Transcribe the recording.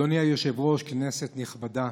אדוני היושב-ראש, כנסת נכבדה,